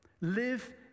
Live